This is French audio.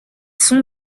sont